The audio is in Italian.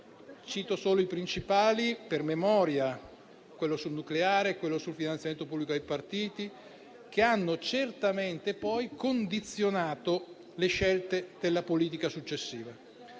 Cito solo i principali, per memoria: quello sul nucleare e quello sul finanziamento pubblico dei partiti, che hanno certamente condizionato le scelte successive